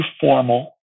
formal